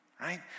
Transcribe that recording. Right